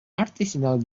artisanal